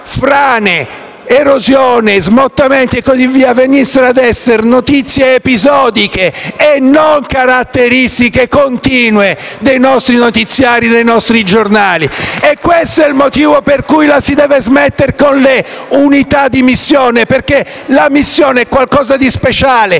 frane, erosioni, smottamenti e così via fossero notizie episodiche e non caratteristiche continue dei nostri notiziari e giornali. *(Applausi dal Gruppo M5S)*. Questo è il motivo per cui la si deve smettere con le unità di missione, perché la missione è qualcosa di speciale,